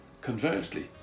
Conversely